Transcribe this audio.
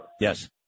Yes